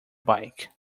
bike